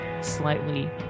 slightly